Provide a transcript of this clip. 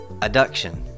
adduction